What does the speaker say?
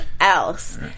else